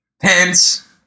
pants